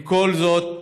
עם כל זאת,